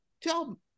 Tell